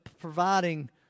providing